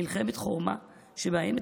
מלחמת חורמה שמערערת את יסודות הדמוקרטיה,